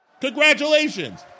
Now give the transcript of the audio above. congratulations